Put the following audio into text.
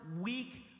weak